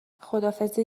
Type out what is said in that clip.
خداحافظی